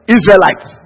Israelites